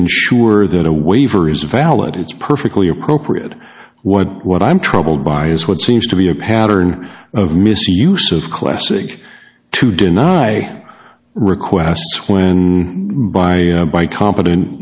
ensure that a waiver is valid it's perfectly appropriate what what i'm troubled by is what seems to be a pattern of misuse of classic to deny requests when by by compet